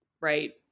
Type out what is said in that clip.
Right